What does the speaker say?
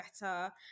better